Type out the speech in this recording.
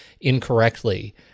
incorrectly